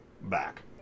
back